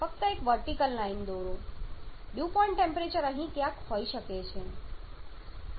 ફક્ત એક vertical line દોરો ડ્યૂ પોઇન્ટ ટેમ્પરેચર અહીં ક્યાંક હોઈ શકે છે